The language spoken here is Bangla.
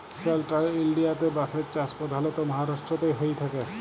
সেলট্রাল ইলডিয়াতে বাঁশের চাষ পধালত মাহারাষ্ট্রতেই হঁয়ে থ্যাকে